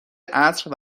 عصر